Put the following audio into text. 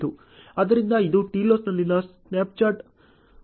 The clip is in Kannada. ಆದ್ದರಿಂದ ಇದು TILOSನಲ್ಲಿನ ಸ್ನ್ಯಾಪ್ಶಾಟ್ ಆಗಿದೆ